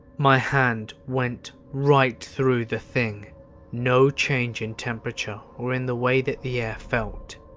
my hand went right through the thing no change in temperature or in the way that the air felt,